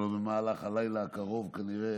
אבל במהלך הלילה הקרוב כנראה